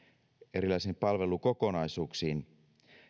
erilaisiin palvelukokonaisuuksiin